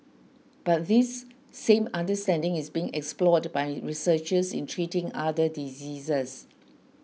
but this same understanding is being explored by researchers in treating other diseases